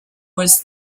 was